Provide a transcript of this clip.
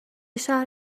شهر